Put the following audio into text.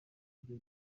byo